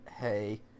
hey